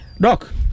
doc